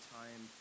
time